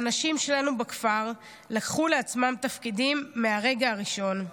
האנשים שלנו בכפר לקחו על עצמם תפקידים מהרגע הראשון.